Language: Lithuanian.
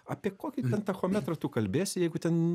apie kokį tachometrą tu kalbėsi jeigu ten